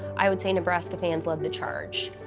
i would say nebraska fans love the charge.